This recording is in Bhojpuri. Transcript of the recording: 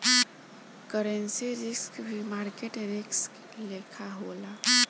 करेंसी रिस्क भी मार्केट रिस्क लेखा होला